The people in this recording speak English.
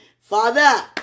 Father